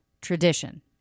tradition